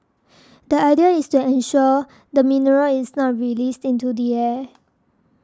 the idea is to ensure the mineral is not released into the air